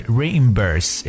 reimburse